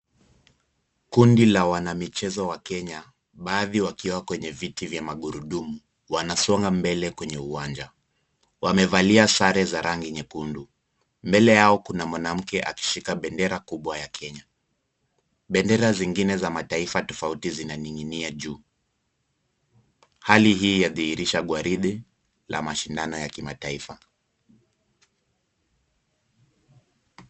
Kundi la wanamichezo wa kenya, baadhi wakiwa kwenye vizi vya magurudumu wanasonga mbele kwenye uwanja. Wamevalia sare za rangi nyekundu. Mbele yao kuna mwanamke akishika bendera kubwa ya Kenya. Bendera zingine za mataifa tofauti zinaning'inia juu. Hali hii yadhihirisha gwaride la mashindano ya kimataifa.